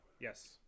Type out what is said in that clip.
Yes